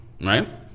Right